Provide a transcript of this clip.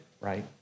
right